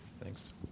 Thanks